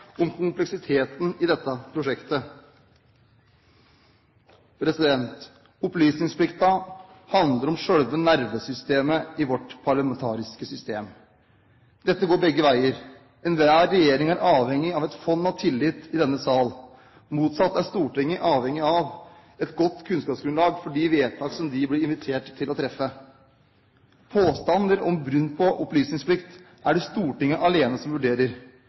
om kompleksiteten i prosjektet. Opplysningsplikten handler om selve nervesystemet i vårt parlamentariske system. Dette går begge veier. Enhver regjering er avhengig av et fond av tillit i denne sal. Motsatt er Stortinget avhengig av et godt kunnskapsgrunnlag for de vedtak som de blir invitert til å treffe. Påstander om brudd på opplysningsplikt er det Stortinget alene som vurderer.